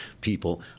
people